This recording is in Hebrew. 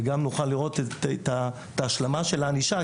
וגם נוכל לראות את ההשלמה של הענישה,